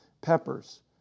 peppers